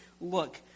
look